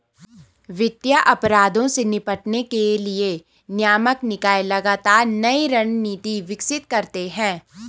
वित्तीय अपराधों से निपटने के लिए नियामक निकाय लगातार नई रणनीति विकसित करते हैं